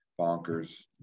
Bonkers